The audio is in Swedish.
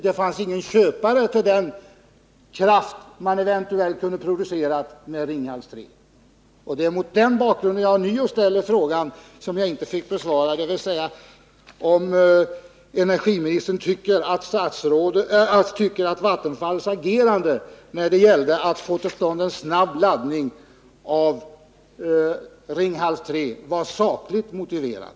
Det fanns ingen köpare av den kraft som man eventuellt kunde producera vid Ringhals 3. Det är mot den bakgrunden jag ånyo ställer den fråga jag inte fick besvarad. Tycker energiministern att Vattenfalls agerande när det gällde att få till stånd en snabb laddning av Ringhals 3 var sakligt motiverat?